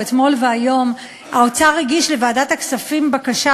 או מאתמול והיום: האוצר הגיש לוועדת הכספים בקשה,